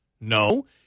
No